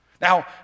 Now